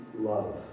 love